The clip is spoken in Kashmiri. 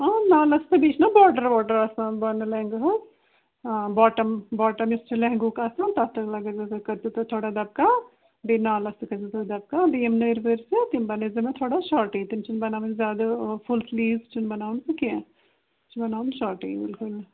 نالَس تہٕ بیٚیہِ چھُنہ باڈَر واڈَر آسان بۄنہٕ لہنٛگاہس آ باٹَم باٹَم یُس چھُ لہنٛگُہُک آسان تَتھ تہِ حظ لَگٲیزیو تُہۍ کٔرۍزیو تُہۍ تھوڑا دبکا بیٚیہِ نالَس تہِ کٔرۍزیو تُہۍ دبکا بیٚیہِ یم نٔرۍ ؤرۍ چھُنہ تِم بَنٲیزیو مےٚ تھوڑا شارٹٕے تِم چھِنہٕ بناوٕنۍ زیادٕ فُل سَلیٖوٕز چھِنہٕ بناوُن سُہ کیٚنٛہہ چھِ بناوُن شارٹٕے بلکُل